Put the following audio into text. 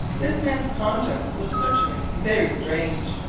this man's conduct was certainly very strange.